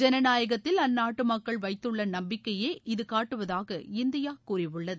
ஜனநாயகத்தில் அந்நாட்டு மக்கள் வைத்துள்ள நம்பிக்கையயே இது காட்டுவதாக இந்தியா கூறியுள்ளது